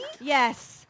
Yes